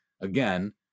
again